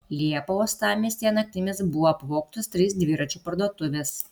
liepą uostamiestyje naktimis buvo apvogtos trys dviračių parduotuvės